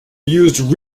used